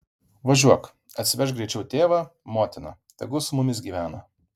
važiuok atsivežk greičiau tėvą motiną tegu su mumis gyvena